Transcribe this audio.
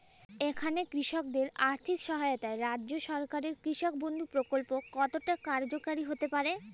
এখানে কৃষকদের আর্থিক সহায়তায় রাজ্য সরকারের কৃষক বন্ধু প্রক্ল্প কতটা কার্যকরী হতে পারে?